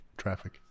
traffic